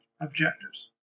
objectives